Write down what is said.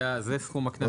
זה סכום הקנס.